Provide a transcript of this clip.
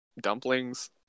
dumplings